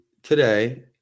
Today